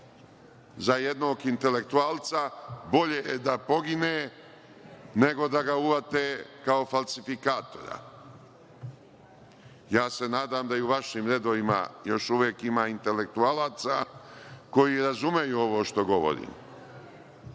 Za jednog intelektualca bolje da pogine nego da ga uhvate kao falsifikatora. Nadam se da u vašim redovima još uvek ima intelektualaca koji razumeju ovo što govorim. Naravno,